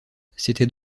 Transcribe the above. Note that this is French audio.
c’était